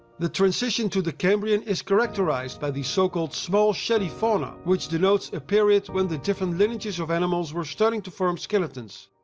the transition to the cambrian is characterised by the so-called small shelly fauna which denotes a period when different lineages of animals were starting to form skeletons.